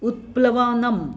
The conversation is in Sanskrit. उत्प्लवनम्